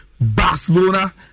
Barcelona